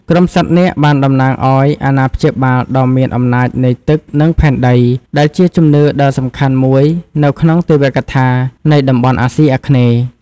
ក្រុមសត្វនាគបានតំណាងឲ្យអាណាព្យាបាលដ៏មានអំណាចនៃទឹក និងផែនដី ដែលជាជំនឿដ៏សំខាន់មួយនៅក្នុងទេវកថានៃតំបន់អាស៊ីអាគ្នេយ៍។